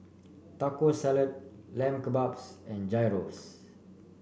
Taco Salad Lamb Kebabs and Gyros